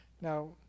Now